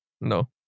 No